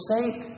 Forsake